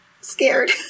scared